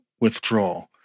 withdraw